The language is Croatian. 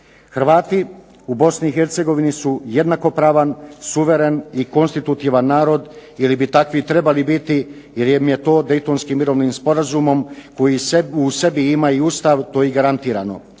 Hrvati u Bosni i Hercegovini su jednakopravan, suveren i konstitutivan narod ili bi takvi trebali biti jer im je to Daytonskim sporazumom koji u sebi ima Ustavu to i garantirano.